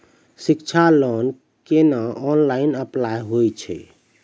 शिक्षा लोन केना online apply होय छै?